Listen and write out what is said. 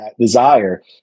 desire